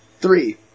Three